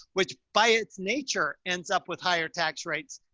which by its nature ends up with higher tax rates.